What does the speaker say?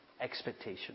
expectation